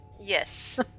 Yes